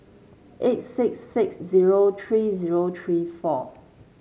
eight six six zero three zero three four